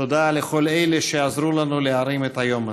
ותודה לכל אלה שעזרו לנו להרים את היום הזה.